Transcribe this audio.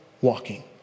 walking